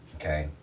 okay